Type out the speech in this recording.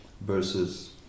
versus